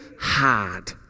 hard